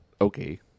okay